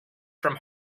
from